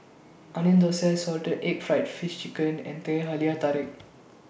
Onion Thosai Salted Egg Fried Fish Chiken and Teh Halia Tarik